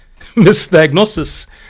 misdiagnosis